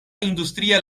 industria